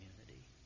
community